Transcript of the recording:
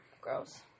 Gross